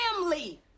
family